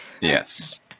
yes